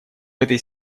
этой